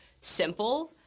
simple